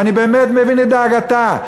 ואני באמת מבין את דאגתה,